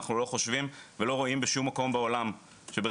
אנחנו לא חושבים ולא רואים בשום מקום בעולם שברכיבה